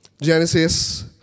Genesis